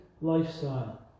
lifestyle